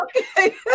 okay